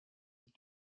and